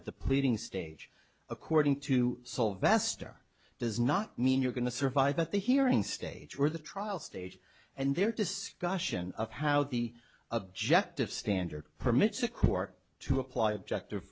the pleading stage according to solve vaster does not mean you're going to survive at the hearing stage or the trial stage and their discussion of how the objective standard permits a court to apply objective